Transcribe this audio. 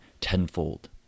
tenfold